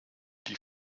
die